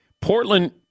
Portland